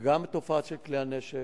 גם את התופעה של כלי הנשק